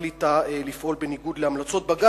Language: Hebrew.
החליטה לפעול בניגוד להמלצות בג"ץ,